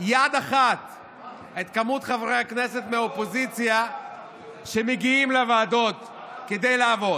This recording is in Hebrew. יד אחת את חברי הכנסת מהאופוזיציה שמגיעים לוועדות כדי לעבוד.